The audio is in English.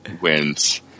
wins